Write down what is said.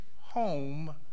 home